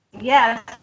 Yes